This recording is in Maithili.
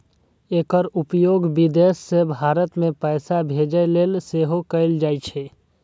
एकर उपयोग विदेश सं भारत मे पैसा भेजै लेल सेहो कैल जाइ छै